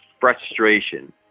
frustration